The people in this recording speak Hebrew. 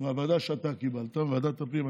שאתה קיבלת, ועדת הפנים.